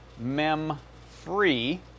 memfree